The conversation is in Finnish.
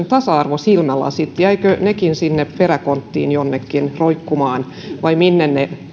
tasa arvosilmälasit jäivätkö nekin sinne peräkonttiin jonnekin roikkumaan vai minne ne